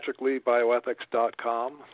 PatrickLeeBioethics.com